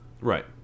Right